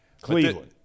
cleveland